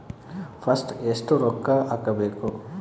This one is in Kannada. ಫಸ್ಟ್ ಎಷ್ಟು ರೊಕ್ಕ ಹಾಕಬೇಕು?